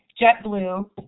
JetBlue